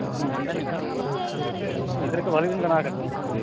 ᱦᱩᱸ ᱴᱷᱤᱠ ᱴᱷᱤᱠ ᱴᱷᱤᱠ ᱜᱤᱫᱽᱨᱟᱹ ᱠᱚ ᱵᱷᱟᱹᱞᱤᱵᱮᱱ ᱵᱮᱱᱟᱣ ᱟᱠᱟᱫ ᱠᱚᱣᱟ ᱛᱚ